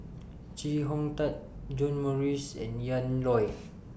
Chee Hong Tat John Morrice and Ian Loy